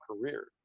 career